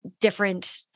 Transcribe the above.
different